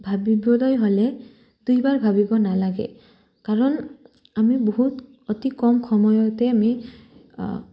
ভাবিবলৈ হ'লে দুইবাৰ ভাবিব নালাগে কাৰণ আমি বহুত অতি কম সময়তে আমি